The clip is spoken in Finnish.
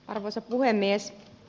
arvoisa puhemies